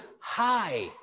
high